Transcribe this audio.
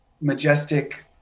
majestic